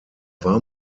war